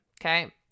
okay